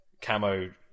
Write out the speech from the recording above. camo